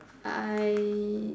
I